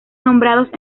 nombrados